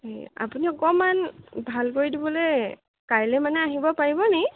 এ আপুনি অকণমান ভাল কৰি দিবলৈ কাইলৈ মানে আহিব পাৰিবনি